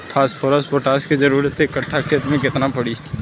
Phosphorus potash के जरूरत एक कट्ठा खेत मे केतना पड़ी?